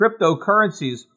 cryptocurrencies